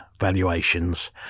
valuations